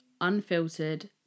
Unfiltered